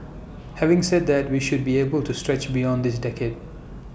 having said that we should be able to stretch beyond this decade